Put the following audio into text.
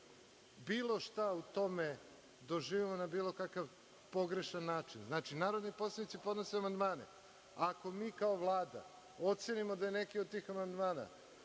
bilo šta u tome doživimo na bilo kakav pogrešan način. Narodni poslanici podnose amandmane, ako mi, kao Vlada, ocenimo da je neki od tih amandmana